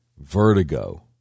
vertigo